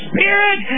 Spirit